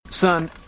Son